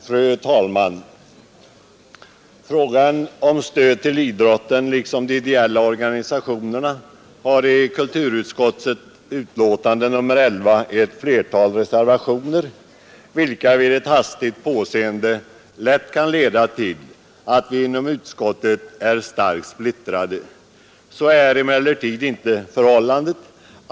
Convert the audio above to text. Fru talman! Frågan om stöd till idrotten och till de ideella organisationerna har i kulturutskottets betänkande nr 11 ett flertal reservationer. Vid en hastig överblick kan detta lätt leda till uppfattningen att vi inom utskottet är starkt splittrade. Så är emellertid inte förhållandet.